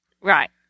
right